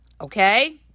okay